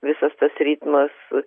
visas tas ritmas